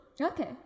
Okay